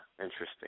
interesting